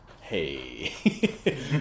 Hey